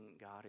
God